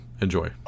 Enjoy